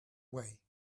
way